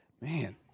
Man